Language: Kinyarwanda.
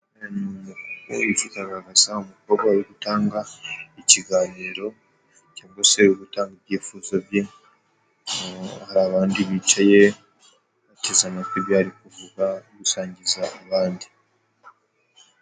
Videwo iragaragaza umukobwa uri gutanga ikiganiro cyangwa se uri gutanga ibyifuzo bye, hari abandi bicaye bateze amatwi ibyari kuvugwa, gusangiza abandi.